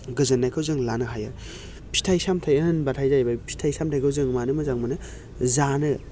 गोजोननायखौ जों लानो हायो फिथाइ सामथाया होनब्लाथाय जाहैबाय फिथाइ सामथायखौ जों मानो मोजां मोनो जानो